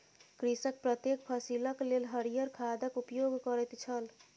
कृषक प्रत्येक फसिलक लेल हरियर खादक उपयोग करैत छल